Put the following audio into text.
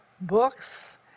books